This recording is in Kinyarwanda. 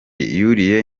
yuriye